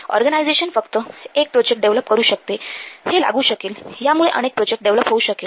organisation फक्त एक project develop करू शकते हे लागू शकेल यामुळे अनेक प्रोजेक्ट डेव्हलप होऊ शकेल